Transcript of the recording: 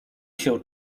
się